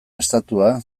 estatua